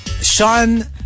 Sean